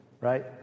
right